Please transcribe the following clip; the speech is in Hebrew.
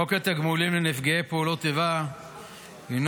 חוק התגמולים לנפגעי פעולות איבה הינו